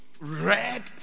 red